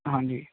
ਹਾਂਜੀ